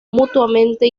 mutuamente